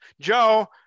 joe